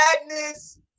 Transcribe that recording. Madness